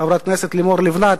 חברת הכנסת לימור לבנת,